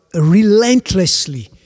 relentlessly